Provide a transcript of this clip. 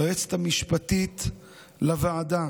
ליועצת המשפטית לוועדה